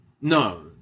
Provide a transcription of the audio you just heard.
No